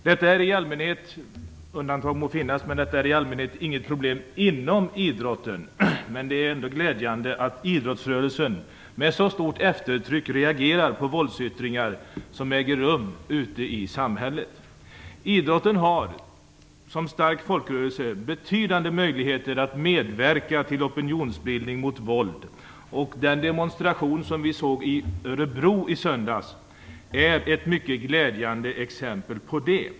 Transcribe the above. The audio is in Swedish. Detta är i allmänhet inget problem inom idrotten - undantag må finnas. Men det är ändå glädjande att idrottsrörelsen med så stort eftertryck reagerar på våldsyttringar som äger rum ute i samhället. Idrotten har som stark folkrörelse betydande möjligheter att medverka till opinionsbildning mot våld. Den demonstration som vi såg i Örebro i söndags är ett mycket glädjande exempel på det.